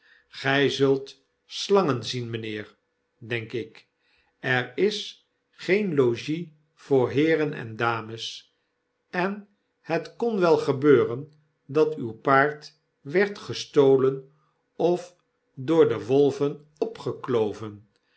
zult slangen zien mynheer denk ik er is geenlogies voor heeren en dames en het kon wel gebeuren dat uw paard werd gestolen of door de wolven opgekloven